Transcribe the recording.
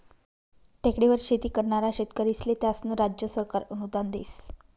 टेकडीवर शेती करनारा शेतकरीस्ले त्यास्नं राज्य सरकार अनुदान देस